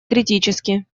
критически